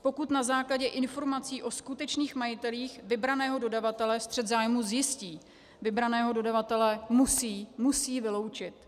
Pokud na základě informací o skutečných majitelích vybraného dodavatele střet zájmu zjistí, vybraného dodavatele musí musí vyloučit.